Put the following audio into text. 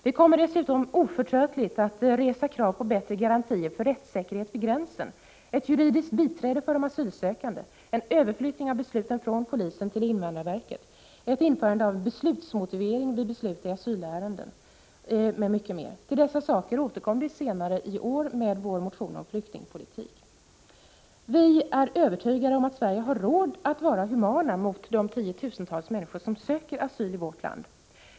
Vi kommer dessutom oförtröttligt att resa krav på bättre garantier för rättssäkerhet vid gränsen: ett juridiskt biträde för de asylsökande, en överflyttning av besluten från polisen till invandrarverket, ett införande av beslutsmotivering vid beslut i asylärenden, m.m. Till dessa saker återkommer vi senare i år i vår motion om flyktingpolitik. Vi är övertygade om att Sverige har råd att vara humant mot de tiotusentals människor som söker asyl i vårt land.